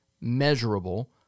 measurable